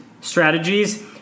strategies